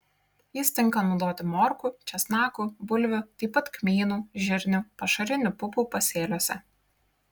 jis tinka naudoti morkų česnakų bulvių taip pat kmynų žirnių pašarinių pupų pasėliuose